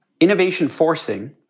innovation-forcing